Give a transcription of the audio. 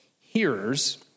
hearers